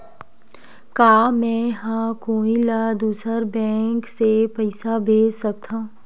का मेंहा कोई ला दूसर बैंक से पैसा भेज सकथव?